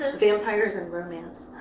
vampires and romance.